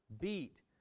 beat